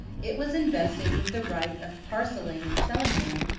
it was invested with the right of parcelling and selling them,